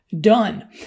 done